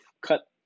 cut